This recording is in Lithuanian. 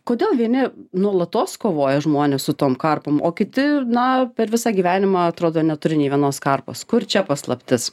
kodėl vieni nuolatos kovoja žmonės su tom karpom o kiti na per visą gyvenimą atrodo neturi nė vienos karpos kur čia paslaptis